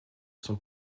son